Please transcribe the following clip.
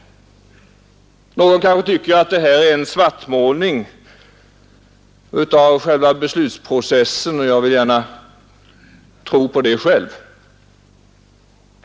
Någon kanske tycker att detta är en svartmålning av själva beslutsprocessen, och jag vill gärna själv tro det.